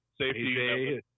Safety